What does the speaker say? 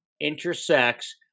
intersects